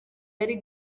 yari